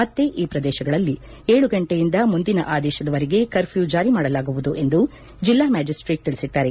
ಮತ್ತೆ ಈ ಪ್ರದೇಶಗಳಲ್ಲಿ ಸಂಜೆ ಏಳು ಗಂಟೆಯಿಂದ ಮುಂದಿನ ಆದೇಶದವರೆಗೆ ಕಫ್ಸ್ಟ್ಯೂ ಜಾರಿ ಮಾಡಲಾಗುವುದು ಎಂದು ಜಿಲ್ಲಾ ಮ್ಯಾಜಿಸ್ಲೇಟ್ ತಿಳಿಸಿದ್ದಾರೆ